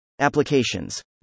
Applications